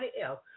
else